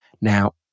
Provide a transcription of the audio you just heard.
Now